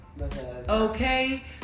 Okay